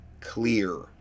clear